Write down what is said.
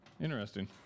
Interesting